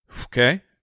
Okay